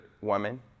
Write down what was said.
woman